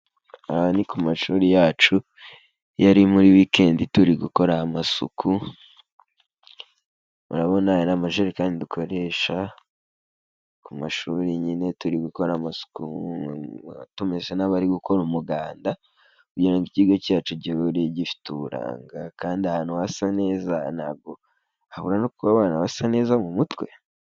Aha ni ku mashuri yacu, iyo ari muri wikendi turi gukora amasuku, murabona aya ni amajerekani dukoresha, ku mashuri nyine turi gukora amasuku tumeze nk'abari gukora umuganda, kugirango ikigo cyacu gihore gifite uburanga, kandi ahantu hasa neza ntabwo habura no kuba abana basa neza mu mutwe.